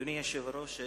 אדוני היושב-ראש,